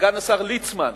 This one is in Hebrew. סגן השר ליצמן.